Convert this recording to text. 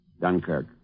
Dunkirk